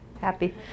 happy